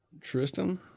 Tristan